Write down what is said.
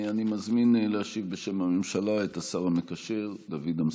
אני מזמין להשיב בשם הממשלה את השר המקשר דוד אמסלם.